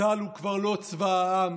צה"ל הוא כבר לא צבא העם,